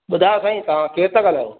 ॿुधायो साईं तव्हां केरु था ॻाल्हायो